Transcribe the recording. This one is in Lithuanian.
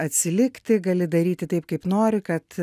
atsilikti gali daryti taip kaip nori kad